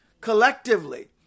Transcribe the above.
collectively